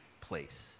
place